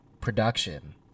production